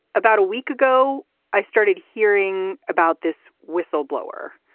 about a week ago i started hearing about this whistle blower.